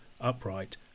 upright